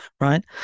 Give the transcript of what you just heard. right